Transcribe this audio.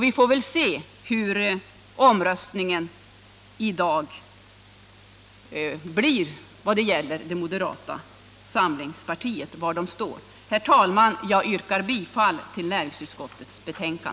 Vi får väl i omröstningen i dag se var moderata samlingspartiet står. Herr talman! Jag yrkar bifall till näringsutskottets hemställan.